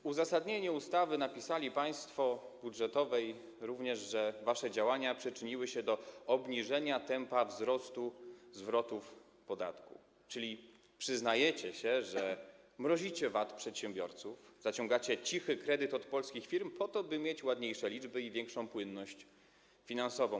W uzasadnieniu ustawy budżetowej napisali państwo również, że wasze działania przyczyniły się do obniżenia tempa wzrostu zwrotów podatku, czyli przyznajecie się, że mrozicie VAT przedsiębiorców, zaciągacie cichy kredyt od polskich firm po to, by mieć ładniejsze liczby i większą płynność finansową.